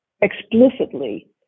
explicitly